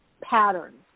patterns